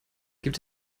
gibt